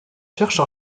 cherche